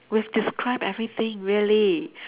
we've described everything really